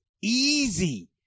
easy